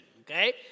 okay